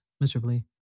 miserably